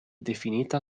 definita